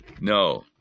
No